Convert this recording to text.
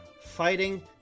fighting